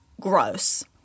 gross